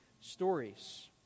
stories